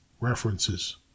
References